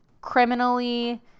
criminally